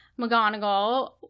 McGonagall